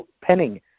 Penning